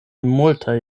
multaj